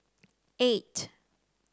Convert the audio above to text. eight